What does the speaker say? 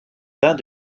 vins